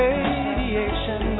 Radiation